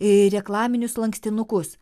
ir reklaminius lankstinukus